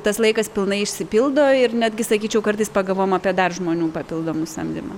tas laikas pilnai išsipildo ir netgi sakyčiau kartais pagalvojam apie dar žmonių papildomų samdymą